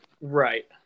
Right